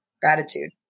Gratitude